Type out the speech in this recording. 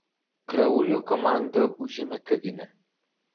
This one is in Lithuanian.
kraulio komanda užėmė kavinę